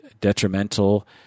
detrimental